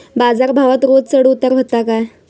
बाजार भावात रोज चढउतार व्हता काय?